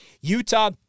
Utah